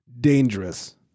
dangerous